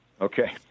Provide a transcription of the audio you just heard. okay